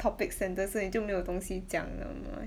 topic sentence 是你就没有东西讲了么 eh